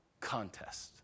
contest